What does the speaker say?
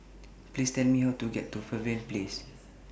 Please Tell Me How to get to Pavilion Place